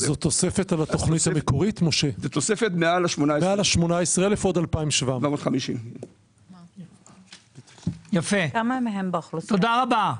זו תוספת מעל ה-18,000 עוד 750. תודה רבה.